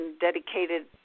dedicated